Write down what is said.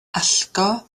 allgo